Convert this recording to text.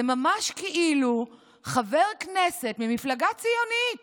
זה ממש כאילו חבר כנסת ממפלגה ציונית